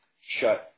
shut